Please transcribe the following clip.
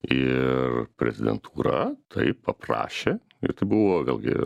ir prezidentūra taip paprašė ir tai buvo vėlgi